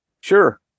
Sure